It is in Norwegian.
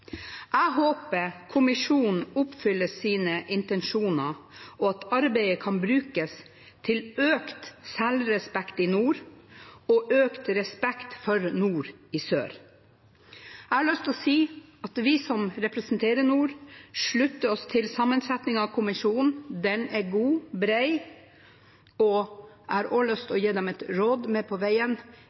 Jeg håper kommisjonen oppfyller sine intensjoner, og at arbeidet kan brukes til økt selvrespekt i nord og økt respekt for nord i sør. Jeg har lyst til å si at vi som representerer nord, slutter oss til sammensetningen av kommisjonen. Den er god og bred. Jeg har også lyst til å gi dem et råd med på veien: